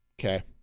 okay